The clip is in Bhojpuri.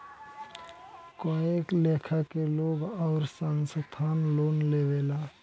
कए लेखा के लोग आउर संस्थान लोन लेवेला